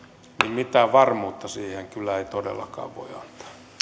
mitään varmuutta siihen kyllä ei todellakaan voi antaa